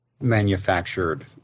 manufactured